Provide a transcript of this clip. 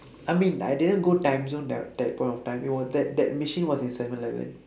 I mean I didn't go timezone that that point of time it was that that machine was in seven eleven